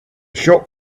shop